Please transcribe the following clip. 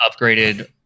upgraded